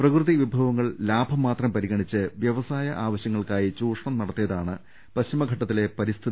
പ്രകൃതി വിഭവങ്ങൾ ലാഭം മാത്രം പരിഗണിച്ച് വ്യവസായ ആവശ്യ ങ്ങൾക്കായി ചൂഷണം നടത്തിയതാണ് പശ്ചിമഘട്ടത്തിലെ പരിസ്ഥി